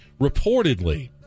reportedly